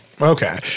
Okay